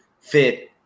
fit